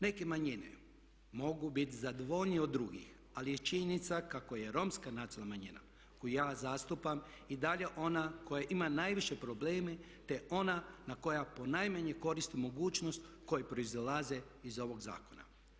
Neke manjine mogu biti zadovoljnije od drugih, ali je činjenica kako je romska nacionalna manjina koju ja zastupam i dalje ona koja ima najviše probleme, te ona na koja ponajmanje koristi mogućnost koje proizilaze iz ovog zakona.